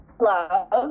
love